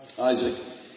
Isaac